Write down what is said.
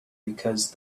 because